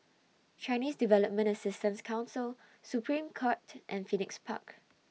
Chinese Development Assistance Council Supreme Court and Phoenix Park